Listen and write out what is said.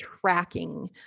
tracking